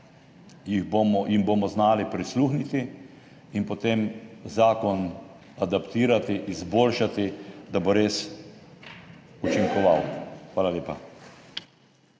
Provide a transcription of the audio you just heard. jim bomo znali prisluhniti in potem zakon adaptirati, izboljšati, da bo res učinkoval. Hvala lepa.